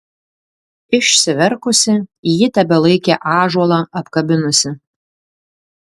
išsiverkusi ji tebelaikė ąžuolą apkabinusi